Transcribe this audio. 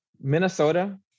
Minnesota